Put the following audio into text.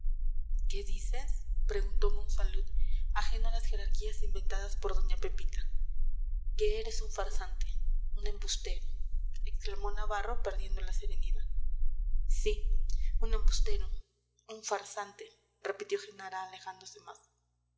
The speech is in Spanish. qué dices preguntó monsalud ajeno a las jerarquías inventadas por doña pepita que eres un farsante un embustero exclamó navarro perdiendo la serenidad sí un embustero un farsante repitió